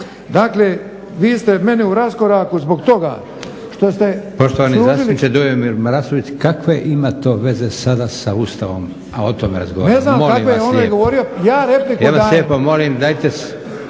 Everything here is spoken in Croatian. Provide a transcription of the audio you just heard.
Dakle, vi ste meni u raskoraku zbog toga što ste…